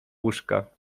łóżka